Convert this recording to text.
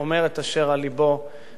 נטול כל פנייה פוליטית,